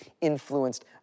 influenced